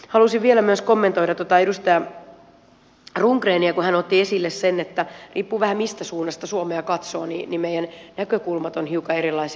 haluaisin vielä myös kommentoida edustaja rundgrenille kun hän otti esille sen että riip puen vähän mistä suunnasta suomea katsoo meidän näkökulmamme ovat hieman erilaisia